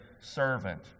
servant